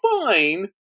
fine